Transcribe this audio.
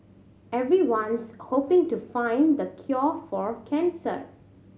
everyone's hoping to find the cure for cancer